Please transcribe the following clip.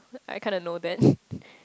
I kind of know that